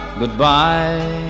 goodbye